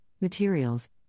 materials